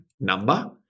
number